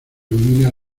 ilumina